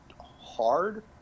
hard